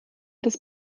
das